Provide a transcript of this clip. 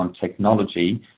technology